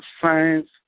science